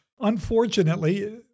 Unfortunately